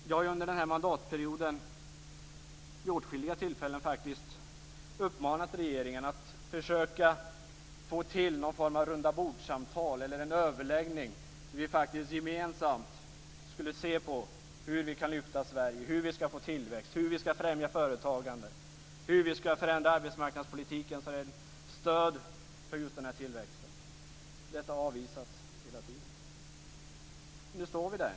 Jag har under den här mandatperioden, faktiskt vid åtskilliga tillfällen, uppmanat regeringen att försöka få till någon form av rundabordssamtal eller en överläggning där vi gemensamt kunde se på hur vi kan lyfta Sverige, hur vi skall få tillväxt, hur vi skall främja företagande, hur vi skall förändra arbetsmarknadspolitiken så att den blir ett stöd för tillväxten. Detta har avvisats hela tiden. Nu står vi där.